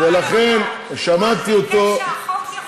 הוא רק ביקש שהחוק יחול אחרי.